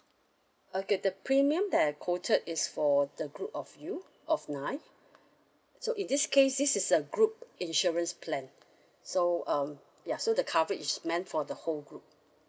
okay the premium that I quoted is for the group of you of nine so in this case this is a group insurance plan so um ya so the coverage is meant for the whole group